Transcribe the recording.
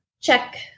check